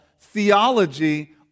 theology